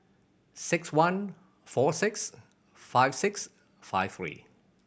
six one four six five six five three